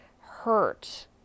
hurt